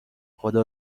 خدا